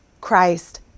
Christ